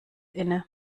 inne